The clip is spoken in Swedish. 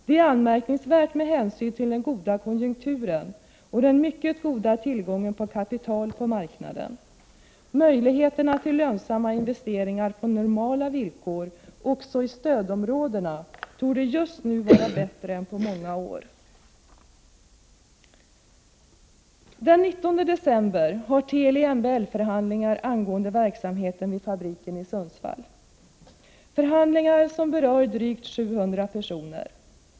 Det är anmärkningsvärt med hänsyn till den goda konjunkturen och den mycket goda tillgången på kapital på marknaden. Möjligheterna till lönsamma investeringar på normala villkor också i stödområdena torde just nu vara bättre än på många år. Den 19 december har Teli MBL-förhandlingar angående verksamheten vid fabriken i Sundsvall, förhandlingar som berör drygt 700 personer.